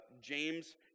James